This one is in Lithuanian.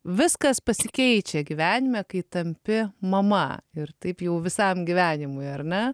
viskas pasikeičia gyvenime kai tampi mama ir taip jau visam gyvenimui ar ne